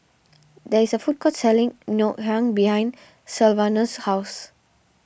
there is a food court selling Ngoh Hiang behind Sylvanus' house